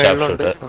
yeah little bit